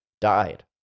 died